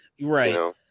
right